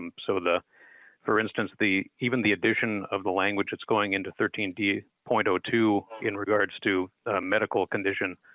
and so the for instance the even the addition of the language it's going into thirteen d point ah two in regards to a medical condition.